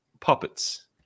puppets